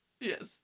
Yes